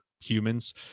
humans